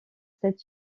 cette